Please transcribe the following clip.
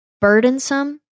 burdensome